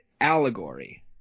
allegory